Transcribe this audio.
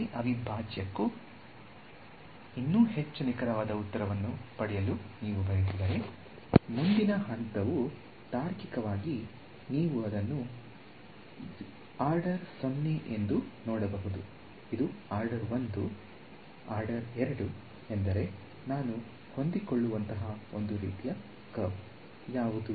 ಅದೇ ಅವಿಭಾಜ್ಯಕ್ಕೆ ಇನ್ನೂ ಹೆಚ್ಚು ನಿಖರವಾದ ಉತ್ತರವನ್ನು ಪಡೆಯಲು ನೀವು ಬಯಸಿದರೆ ಮುಂದಿನ ಹಂತವು ತಾರ್ಕಿಕವಾಗಿ ನೀವು ಇದನ್ನು ಆರ್ಡರ್ 0 ಎಂದು ನೋಡಬಹುದು ಇದು ಆರ್ಡರ್ 1 ಆರ್ಡರ್ 2 ಎಂದರೆ ನಾನು ಹೊಂದಿಕೊಳ್ಳುವಂತಹ ಒಂದು ರೀತಿಯ ಕರ್ವ್ ಯಾವುದು